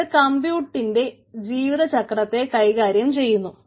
ഇത് കമ്പ്യൂട്ടിന്റെ ജീവിത ചക്രത്തെ കൈകാര്യം ചെയ്യുന്നു